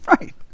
Right